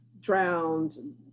drowned